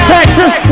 Texas